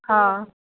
हा